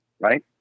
right